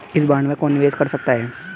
इस बॉन्ड में कौन निवेश कर सकता है?